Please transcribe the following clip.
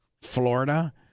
Florida